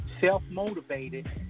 Self-motivated